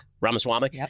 Ramaswamy